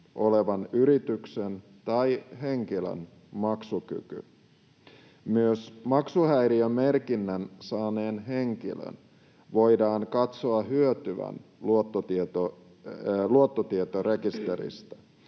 olevan yrityksen tai henkilön maksukyky. Myös maksuhäiriömerkinnän saaneen henkilön voidaan katsoa hyötyvän luottotietorekisteristä.